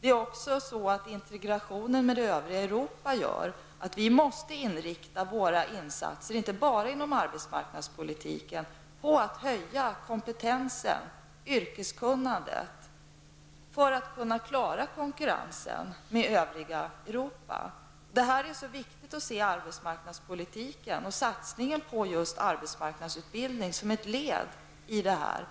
Det är också så att integrationen med övriga Europa gör att vi måste inrikta våra insatser inte bara inom arbetsmarknadspolitiken på att höja kompetensen, yrkeskunnandet för att kunna klara konkurrensen med övriga Europa. Därför är det så viktigt att se arbetsmarknadspolitiken och satsningarna på arbetsmarknadsutbildning som ett led i detta.